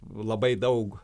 labai daug